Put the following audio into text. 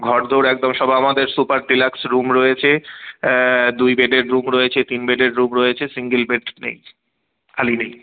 ঘরদোর একদম সব আমাদের সুপার ডিলাক্স রুম রয়েছে দুই বেডের রুম রয়েছে তিন বেডের রুম রয়েছে সিঙ্গল বেড নেই খালি নেই